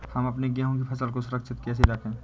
हम अपने गेहूँ की फसल को सुरक्षित कैसे रखें?